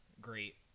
great